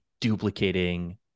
duplicating